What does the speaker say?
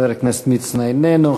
חבר הכנסת מצנע, איננו.